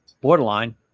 borderline